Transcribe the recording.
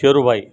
شیرو بھائی